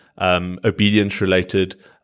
obedience-related